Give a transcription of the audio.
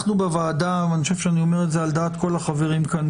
אנחנו בוועדה ואני חושב שאני אומר את זה על דעת כל החברים כאן,